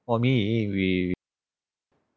for me we